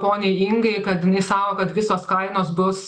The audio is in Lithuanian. poniai ingai kad jinai sako kad visos kainos bus